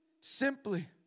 simply